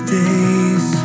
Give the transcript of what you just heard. days